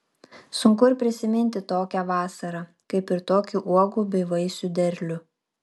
sunku ir prisiminti tokią vasarą kaip ir tokį uogų bei vaisių derlių